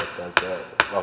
vai